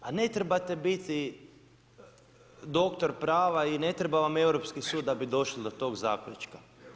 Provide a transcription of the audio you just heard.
Pa ne trebate biti doktor prava i ne treba vam Europski sud da bi došli do tog zaključka.